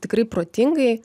tikrai protingai